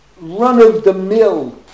run-of-the-mill